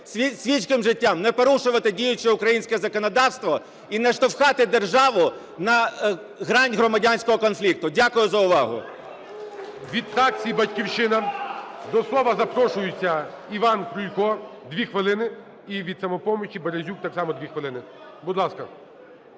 світським життям, не порушувати діюче українське законодавство і не штовхати державу на грань громадянського конфлікту. Дякую за увагу. ГОЛОВУЮЧИЙ. Від фракції "Батьківщина" до слова запрошується Іван Крулько, дві хвилини. І від "Самопомочі" Березюк, так само дві хвилини. Будь ласка.